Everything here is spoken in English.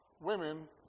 women